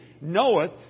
knoweth